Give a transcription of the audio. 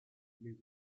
les